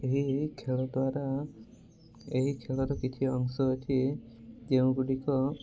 ଏହି ଖେଳ ଦ୍ୱାରା ଏହି ଖେଳର କିଛି ଅଂଶ ଅଛି ଯେଉଁ ଗୁଡ଼ିକ